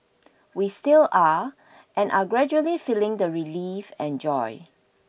we still are and are gradually feeling the relief and joy